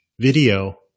video